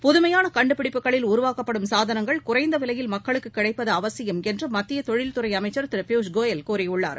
புதுமையானகண்டுபிடிப்புகளில் உருவாக்கப்படும் சாதனங்கள் குறைந்தவிலையில் மக்களுக்குகிடைப்பதுஅவசியம் என்றுமத்தியதொழில்துறைஅமைச்சர் திருபியூஷ் கோயல் கூறியுள்ளார்